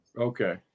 Okay